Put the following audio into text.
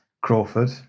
Crawford